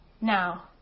Now